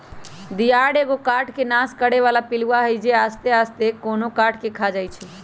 दियार एगो काठ के नाश करे बला पिलुआ हई जे आस्ते आस्ते कोनो काठ के ख़ा जाइ छइ